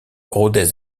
rodez